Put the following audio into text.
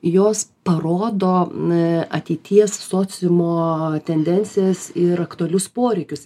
jos parodo ateities sociumo tendencijas ir aktualius poreikius